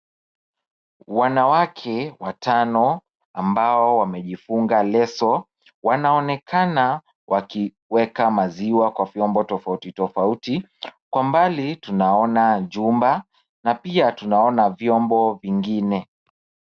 Wanawake watano ambao wamejifunga leso wanaonekana wakiweka maziwa kwa vyombo tofauti tofauti. Kwa mbali tunaona jumba na pia tunaona vyombo vingine.